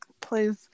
Please